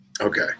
Okay